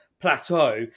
plateau